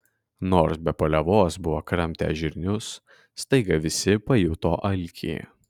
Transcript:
nors be paliovos buvo kramtę žirnius staiga visi pajuto alkį